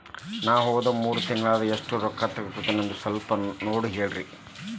ನಾ ಹೋದ ಮೂರು ತಿಂಗಳದಾಗ ಎಷ್ಟು ರೊಕ್ಕಾ ತಕ್ಕೊಂಡೇನಿ ಅಂತ ಸಲ್ಪ ನೋಡ ಹೇಳ್ರಿ